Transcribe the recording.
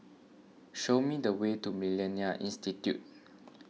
show me the way to Millennia Institute